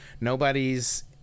nobody's